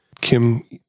Kim